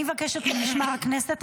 משמר הכנסת,